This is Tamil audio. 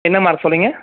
என்ன மார்க் சொன்னீங்க